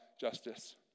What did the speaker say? justice